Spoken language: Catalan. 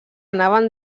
anaven